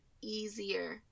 easier